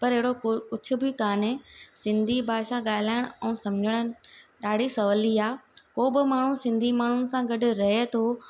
पर अहिड़ो को कुझु बि कोन्हे सिंधी भाषा ॻाल्हाइण ऐं सम्झण ॾाढी सवली आहे कोई बि माण्हू सिंधी माण्हू सां गॾु रहे थो